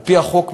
על-פי החוק,